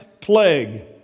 plague